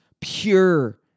pure